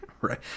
Right